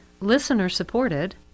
listener-supported